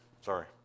Sorry